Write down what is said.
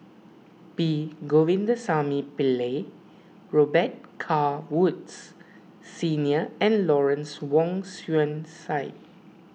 P Govindasamy Pillai Robet Carr Woods Senior and Lawrence Wong Shyun Tsai